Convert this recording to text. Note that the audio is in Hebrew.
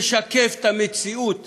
שמשקף את המציאות